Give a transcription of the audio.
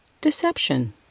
deception